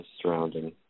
surrounding